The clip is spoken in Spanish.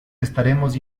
estaremos